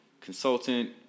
consultant